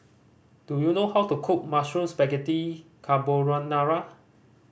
do you know how to cook Mushroom Spaghetti Carbonara